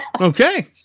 okay